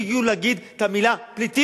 אומר: תפסיקו להגיד את המלה פליטים,